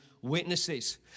witnesses